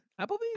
Applebee's